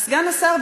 סגן השר,